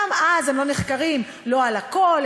גם אז הם לא נחקרים על הכול,